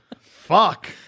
Fuck